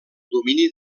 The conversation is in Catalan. domini